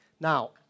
Now